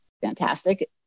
fantastic